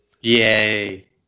Yay